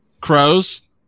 crows